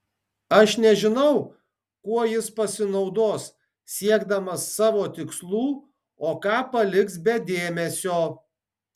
aš nežinau kuo jis pasinaudos siekdamas savo tikslų o ką paliks be dėmesio